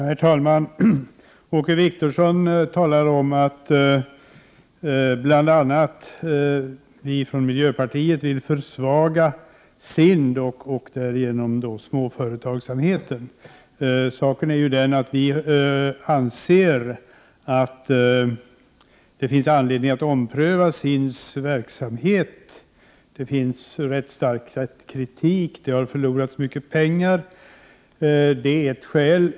Herr talman! Åke Wictorsson talar om att bl.a. vi från miljöpartiet vill försvaga SIND och därigenom småföretagsamheten. Vi anser att det finns anledning att ompröva SIND:s verksamhet. Det finns ganska stark kritik. Det har förlorats mycket pengar. Det är ett skäl.